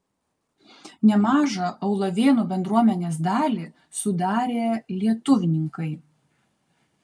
nemažą aulavėnų bendruomenės dalį sudarė lietuvininkai